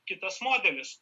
kitas modelis